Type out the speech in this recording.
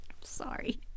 Sorry